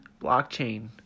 blockchain